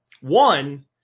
One